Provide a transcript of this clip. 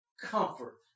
comfort